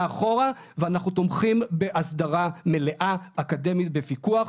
אחורה ואנחנו תומכים בהסדרה מלאה אקדמית בפיקוח.